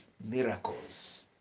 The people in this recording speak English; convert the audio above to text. miracles